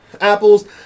Apples